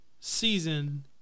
Season